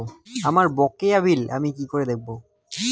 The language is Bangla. আমার বকেয়া বিল আমি কি করে দেখব?